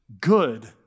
good